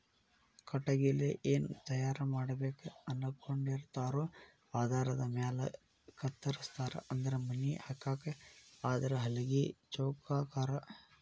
ಕಟಗಿಲೆ ಏನ ತಯಾರ ಮಾಡಬೇಕ ಅನಕೊಂಡಿರತಾರೊ ಆಧಾರದ ಮ್ಯಾಲ ಕತ್ತರಸ್ತಾರ ಅಂದ್ರ ಮನಿ ಹಾಕಾಕ ಆದ್ರ ಹಲಗಿ ಚೌಕಾಕಾರಾ